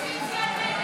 כהצעת הוועדה,